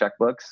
checkbooks